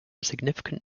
significant